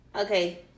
Okay